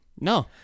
No